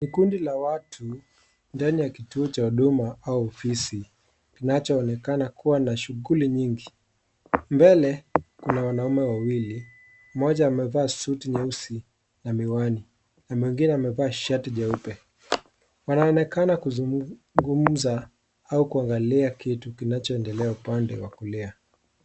Ni kundi la watu ndani ya kituo cha huduma au ofisi kinachoonekana kuwa na shughuli nyingi, mbele kuna wanaume wawili mmoja amevaa suti nyeusi na miwani na mwingine amevaa shati jeupe, wanaonekana kuzungumza au kuangalia kitu kinachoendelea upande wa kulia.